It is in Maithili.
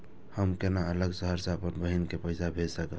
हम केना अलग शहर से अपन बहिन के पैसा भेज सकब?